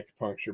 acupuncture